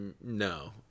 no